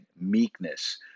Meekness